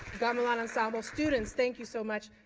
gamelan ensemble students, thank you so much,